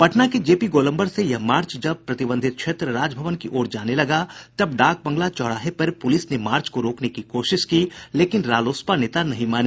पटना के जेपी गोलम्बर से यह मार्च जब प्रतिबंधित क्षेत्र राजभवन की ओर जाने लगा तब डाकबंगला चौराहे पर प्रलिस ने मार्च को रोकने की कोशिश की लेकिन रालोसपा नेता नहीं माने